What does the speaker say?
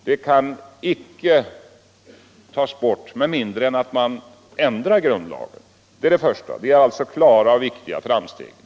Det kan inte tas bort med mindre än att man ändrar grundlagen. Det är alltså klara och viktiga framsteg.